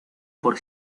por